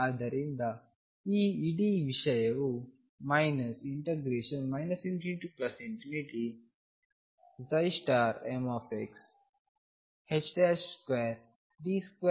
ಆದ್ದರಿಂದ ಈ ಇಡೀ ವಿಷಯವು ∞mx 2d2dx2dx ಆಗುತ್ತದೆ